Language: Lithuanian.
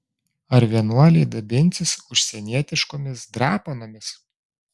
ar vienuoliai dabinsis užsienietiškomis drapanomis